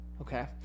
Okay